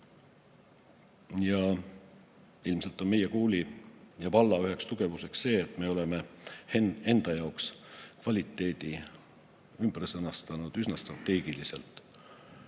Ilmselt on meie kooli ja valla üheks tugevuseks see, et me oleme enda jaoks kvaliteedi ümber sõnastanud üsna strateegiliselt.